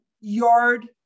yard